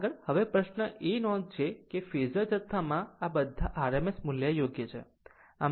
આગળ હવે પ્રશ્ન એ નોંધ છે કે ફેઝર જથ્થામાં બધા rms મૂલ્ય યોગ્ય છે